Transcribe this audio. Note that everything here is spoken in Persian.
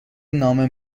نامه